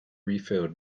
refilled